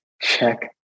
check